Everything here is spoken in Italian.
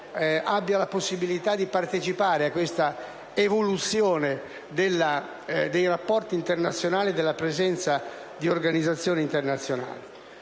dia la possibilità di partecipare a questa evoluzione dei rapporti internazionali e della presenza di organizzazioni internazionali.